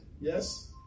Yes